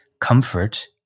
comfort